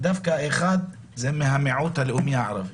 דווקא האחד היה מהמיעוט הלאומי הערבי,